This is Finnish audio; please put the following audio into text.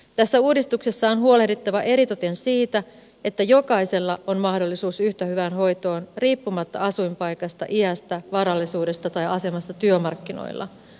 tässä uudistuksessa on huolehdittava eritoten siitä että jokaisella on mahdollisuus yhtä hyvään hoitoon riippumatta asuinpaikasta iästä varallisuudesta tai asemasta työmarkkinoilla